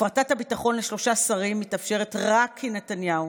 הפרטת הביטחון לשלושה שרים מתאפשרת רק כי נתניהו,